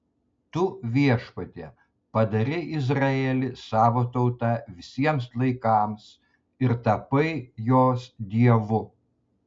tu viešpatie padarei izraelį savo tauta visiems laikams ir tapai jos dievu